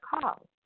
call